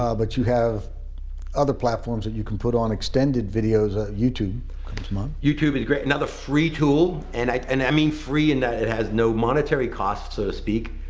ah but you have other platforms that you can put on extended videos, ah youtube comes among. youtube is great, another free tool. and i and i mean free in that it has no monetary costs, so to speak.